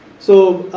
so,